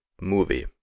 movie